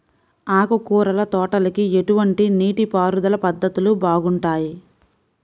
ఆకుకూరల తోటలకి ఎటువంటి నీటిపారుదల పద్ధతులు బాగుంటాయ్?